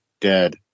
dead